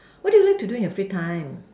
what do you like to do in your free time